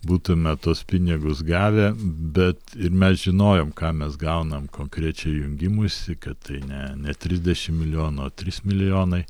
būtume tuos pinigus gavę bet mes žinojom ką mes gaunam konkrečiai jungimuisi kad tai ne ne trisdešim milijonų o trys milijonai